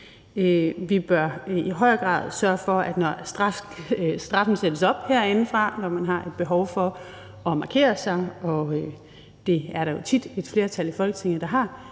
Vi bør i højere grad sørge for, når straffen herindefra sættes op – når man har et behov for at markere sig, og det er der jo tit et flertal i Folketinget der har